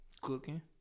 Cooking